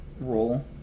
role